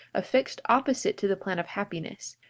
affixed opposite to the plan of happiness,